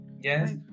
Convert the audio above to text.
Yes